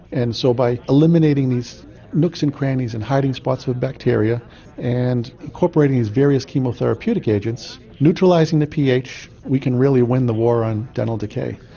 and so by eliminating these nooks and crannies and hiding spots for bacteria and incorporating these various chemotherapeutic agents, neutralising the ph, we can really win the war on dental decay.